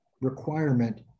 requirement